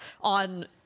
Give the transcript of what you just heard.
on